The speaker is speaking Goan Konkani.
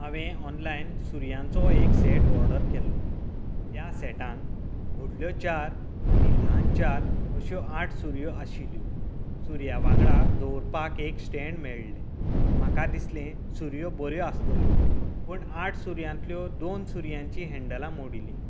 हांवेन ऑनलायन सुरयांचो एक सेट ऑर्डर केल्लो त्या सेटांत व्हडल्यो चार आनी ल्हान चार अश्यो आठ सुरयो आशिल्ल्यो सुरयां वांगडा दवरपाक एक स्टेंन्ड मेळ्ळें म्हाका दिसलें सुरयो बऱ्यो आसतल्यो पूण आठ सुरयांतल्यो दोन सुरयांची हेंन्डलां मोडिल्ली